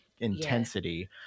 intensity